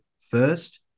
first